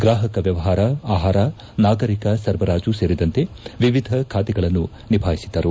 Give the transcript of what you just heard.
ಗ್ರಾಪಕ ವ್ಯಮಾರ ಆಹಾರ ನಾಗರೀಕ ಸರಬರಾಜು ಸೇರಿದಂತೆ ವಿವಿಧ ಖಾತೆಗಳನ್ನು ನಿಭಾಯಿಸಿದ್ದರು